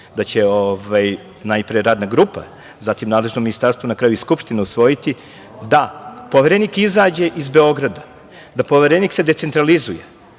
da će, najpre radna grupa, zatim nadležno ministarstvo i na kraju Skupština usvojiti, da Poverenik izađe iz Beograda, da se Poverenik decentralizuje. Predložio